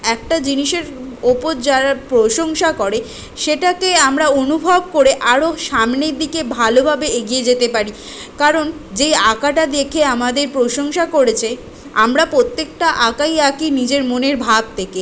একটা জিনিসের ওপর যারা প্রশংসা করে সেটাকে আমরা অনুভব করে আরও সামনের দিকে ভালোভাবে এগিয়ে যেতে পারি কারণ যেই আঁকাটা দেখে আমাদের প্রশংসা করেছে আমরা প্রত্যেকটা আঁকাই আঁকি নিজের মনের ভাব থেকে